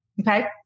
Okay